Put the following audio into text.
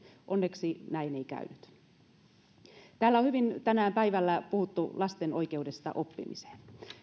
onneksi näin ei käynyt täällä on hyvin tänään päivällä puhuttu lasten oikeudesta oppimiseen